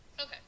Okay